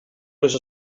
les